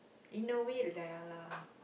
in a way ya lah